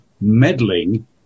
meddling